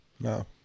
No